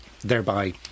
thereby